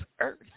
earth